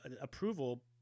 approval